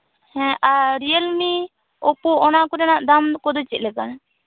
ᱦᱮᱸ ᱟᱨ ᱨᱤᱭᱮᱞᱢᱤ ᱚᱯᱳ ᱚᱱᱟ ᱠᱚᱨᱮᱱᱟᱜ ᱫᱟᱢ ᱠᱚᱫᱚ ᱪᱮᱫᱞᱮᱠᱟ